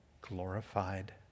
glorified